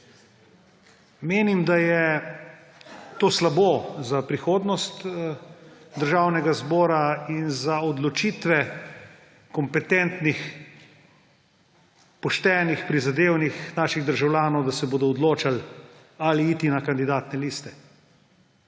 Menim, da je to slabo za prihodnost Državnega zbora in za odločitve kompetentnih, poštenih, prizadevnih naših državljanov, da se bodo odločali, ali iti na kandidatne liste.